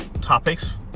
topics